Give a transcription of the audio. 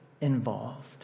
involved